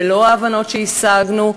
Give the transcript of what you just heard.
ולא ההבנות שהשגנו,